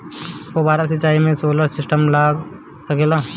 फौबारा सिचाई मै सोलर सिस्टम लाग सकेला?